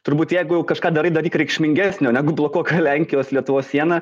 turbūt jeigu jau kažką darai daryk reikšmingesnio negu blokuok lenkijos lietuvos sieną